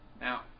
Now